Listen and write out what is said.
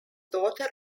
daughter